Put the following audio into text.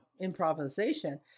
improvisation